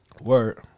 Word